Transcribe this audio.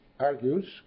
argues